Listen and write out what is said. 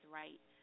right